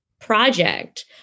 project